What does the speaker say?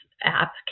app